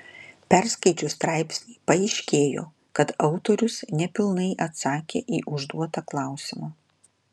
perskaičius straipsnį paaiškėjo kad autorius nepilnai atsakė į užduotą klausimą